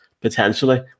potentially